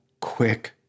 quick